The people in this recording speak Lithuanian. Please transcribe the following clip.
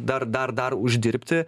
dar dar dar uždirbti